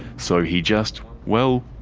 so he just. well,